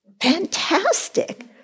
fantastic